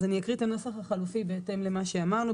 אז אני אקריא את הנוסח החלופי בהתאם למה שאמרנו.